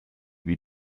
wie